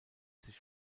sich